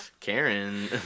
Karen